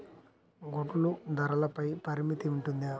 గుడ్లు ధరల పై పరిమితి ఉంటుందా?